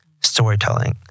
storytelling